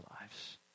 lives